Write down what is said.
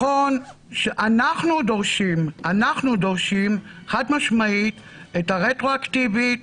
אנחנו דורשים חד משמעית את הרטרואקטיבית